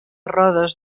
rodes